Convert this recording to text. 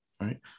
Right